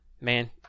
man